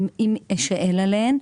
אם אשאל עליהן.